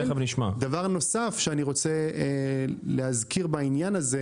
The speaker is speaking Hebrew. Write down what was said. דבר נוסף שאני רוצה להזכיר בעניין הזה